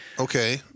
Okay